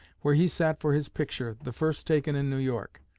where he sat for his picture, the first taken in new york.